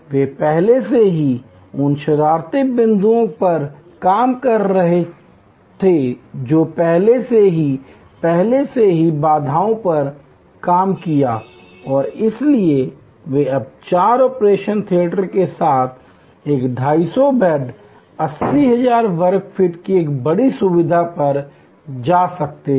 वे पहले से ही उन शरारती बिंदुओं पर काम कर चुके हैं जो पहले से ही पहले से ही बाधाओं पर काम कियाऔर इसलिए वे अब चार ऑपरेशन थिएटरों के साथ एक 250 बेड 80000 वर्ग फीट की बड़ी सुविधा पर जा सकते हैं